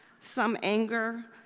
some anger,